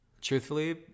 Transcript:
truthfully